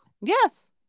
yes